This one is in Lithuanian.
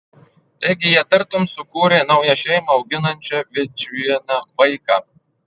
taigi jie tartum sukūrė naują šeimą auginančią vičvieną vaiką